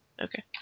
Okay